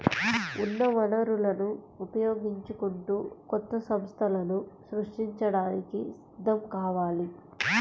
ఉన్న వనరులను ఉపయోగించుకుంటూ కొత్త సంస్థలను సృష్టించడానికి సిద్ధం కావాలి